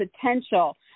potential